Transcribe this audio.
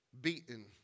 beaten